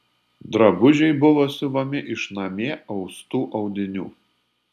drabužiai buvo siuvami iš namie austų audinių